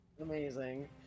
Amazing